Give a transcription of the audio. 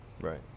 Right